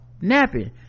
napping